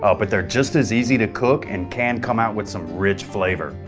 ah but they're just as easy to cook and can come out with some rich flavor.